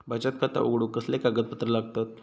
बचत खाता उघडूक कसले कागदपत्र लागतत?